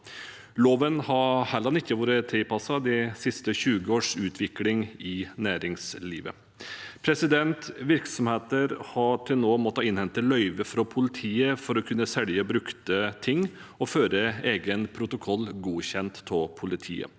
Loven har heller ikke vært tilpasset de siste 20 års utvikling i næringslivet. Virksomheter har til nå måttet innhente løyve fra politiet for å kunne selge brukte ting, og føre egen protokoll godkjent av politiet.